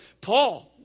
Paul